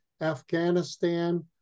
Afghanistan